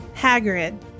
Hagrid